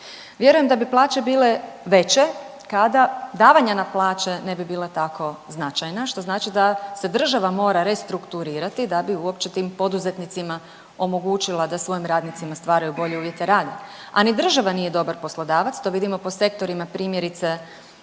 Vjerujem da bi plaće bile veće kada davanja na plaće ne bi bile tako značajna, što znači da se država mora restrukturirati da bi uopće tim poduzetnicima omogućila da svojim radnicima stvaraju bolje uvjete rada, a ni država nije dobar poslodavac. To vidimo po sektorima primjerice